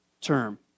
term